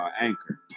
anchor